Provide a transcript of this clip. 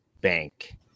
bank